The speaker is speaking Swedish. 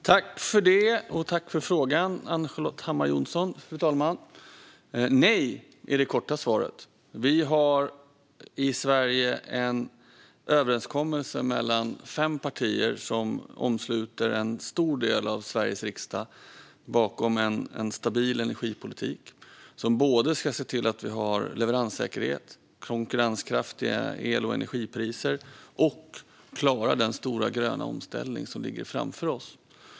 Fru talman! Jag vill tacka Ann-Charlotte Hammar Johnsson för frågan. Nej, är det korta svaret. Vi har i Sverige en överenskommelse mellan fem partier, som omsluter en stor del av Sveriges riksdag, om en stabil energipolitik. Den ska både se till att vi har leveranssäkerhet och konkurrenskraftiga el och energipriser och att vi ska klara den gröna omställning som ligger framför oss.